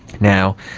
now,